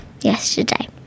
yesterday